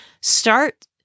Start